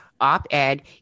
Op-ed